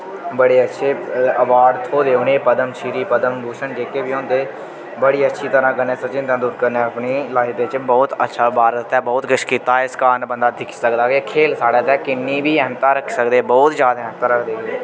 बड़े अच्छे अवार्ड थ्होए दे उ'नें पद्मश्री पद्मभूषण जेह्के बी होंदे बड़ी अच्छी तरह कन्नै सचिन तेंदुलकर नै अपनी लाइफ बिच्च बहुत अच्छा भारत ते बहुत किश कीता इस कारण बंदा दिक्खी सकदा के खेल साढ़े क किन्नी अहमता रक्खी सकदे बहुत ज्यादा अहमता रखदे